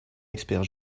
expert